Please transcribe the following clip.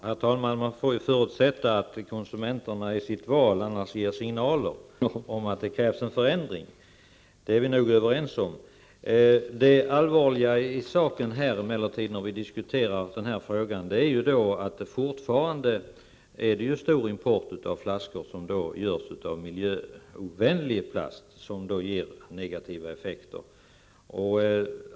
Herr talman! Man får förutsätta att konsumenterna annars, genom sitt val, ger signaler om att det krävs en förändring. Det är vi nog överens om. Det allvarliga när vi diskuterar den här frågan är att det fortfarande förekommer en stor import av flaskor som görs av miljöovänlig plast som ger negativa effekter.